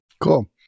Cool